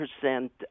percent